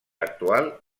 actual